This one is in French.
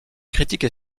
critiques